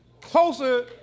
closer